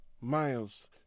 Miles